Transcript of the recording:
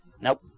Nope